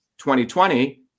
2020